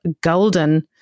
golden